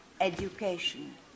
education